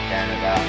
Canada